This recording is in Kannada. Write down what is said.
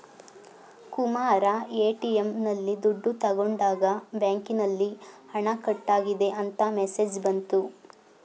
ಕುಮಾರ ಎ.ಟಿ.ಎಂ ನಲ್ಲಿ ದುಡ್ಡು ತಗೊಂಡಾಗ ಬ್ಯಾಂಕಿನಲ್ಲಿ ಹಣ ಕಟ್ಟಾಗಿದೆ ಅಂತ ಮೆಸೇಜ್ ಬಂತು